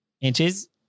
inches